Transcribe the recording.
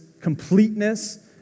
completeness